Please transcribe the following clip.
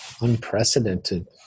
unprecedented